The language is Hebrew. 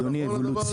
זה נכון הדבר הזה?